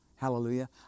Hallelujah